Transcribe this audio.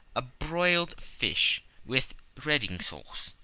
a broiled fish with reading sauce,